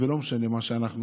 ולא משנה מה שאנחנו.